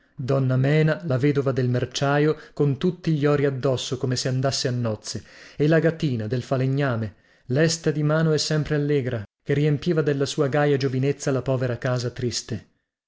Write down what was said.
donna mena la vedova del merciaio con tutti gli ori addosso come se andasse a nozze e lagatina del falegname lesta di mano e sempre allegra che riempiva della sua gaia giovinezza la povera casa triste